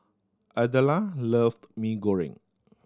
Idella loved Mee Goreng